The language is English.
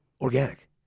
organic